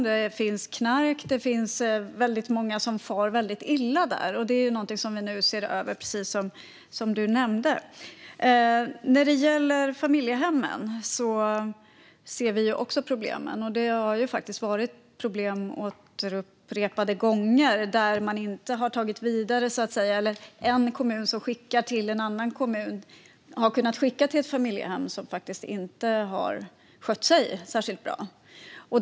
Det finns knark, och väldigt många far illa där. Det är något som vi ser över nu, precis som du nämnde. När det gäller familjehemmen ser vi också problemen. Det har funnits familjehem där det har varit problem upprepade gånger och man inte har tagit det vidare. En kommun som skickar till en annan kommun har kunnat skicka till ett familjehem som inte har skött sig särskilt bra.